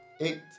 Eight